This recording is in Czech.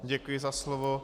Děkuji za slovo.